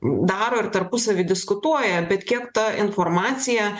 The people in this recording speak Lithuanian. daro ir tarpusavy diskutuoja bet kiek ta informacija